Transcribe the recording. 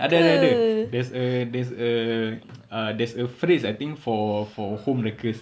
ada ada ada there's a there's a uh there's a phrase I think for for home wreckers